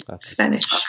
spanish